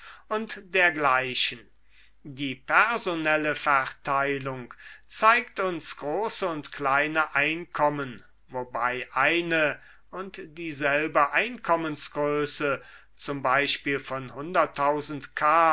u dgl die personelle verteilung zeigt uns große und kleine einkommen wobei eine und dieselbe einkommensgröße z b von